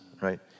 right